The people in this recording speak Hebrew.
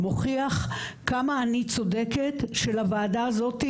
מוכיח כמה אני צודקת שלוועדה הזאת,